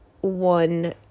one